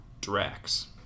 Drax